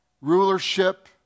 rulership